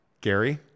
gary